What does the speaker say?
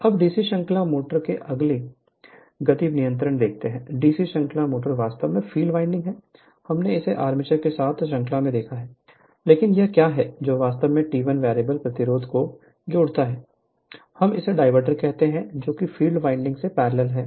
अब डीसी श्रृंखला मोटर की अगली गति पर नियंत्रण है डीसी श्रृंखला मोटर वास्तव में फील्ड वाइंडिंग है हमने इसे आर्मेचर के साथ श्रृंखला में देखा है लेकिन यह क्या है जो वास्तव में T1 वेरिएबल प्रतिरोध को जोड़ता है हम उसे डायवर्टर कहते है जो फील्ड वाइंडिंग से पैरेलल में होता है